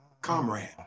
comrade